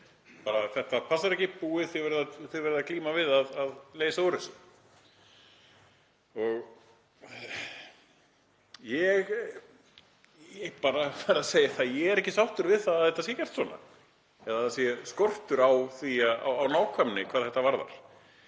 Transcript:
bara: Þetta passar ekki, búið, þið verðið að glíma við að leysa úr þessu. Ég bara verð að segja að ég er ekki sáttur við að þetta sé gert svona eða að það sé skortur á nákvæmni hvað þetta varðar.